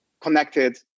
connected